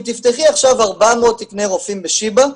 אם תפתחי עכשיו 400 תקני רופאים בשיבא,